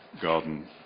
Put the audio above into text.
garden